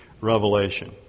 revelation